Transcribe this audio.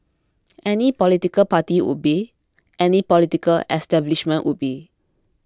any political party would be any political establishment would be